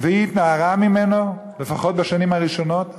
והיא התנערה ממנו, לפחות בשנים הראשונות.